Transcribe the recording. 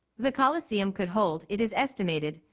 the coliseum could hold, it is estimated,